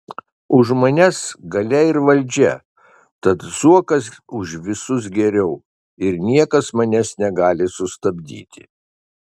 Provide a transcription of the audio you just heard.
už manęs galia ir valdžia tad zuokas už visus geriau ir niekas manęs negali sustabdyti